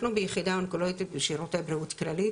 אנחנו ביחידה אונקולוגית שירותי בריאות כללית